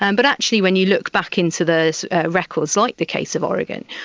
and but actually when you look back into the records, like the case of origen,